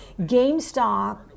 GameStop